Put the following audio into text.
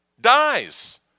dies